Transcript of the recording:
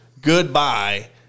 goodbye